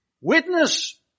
Witness